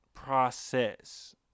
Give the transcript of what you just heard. Process